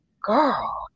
Girl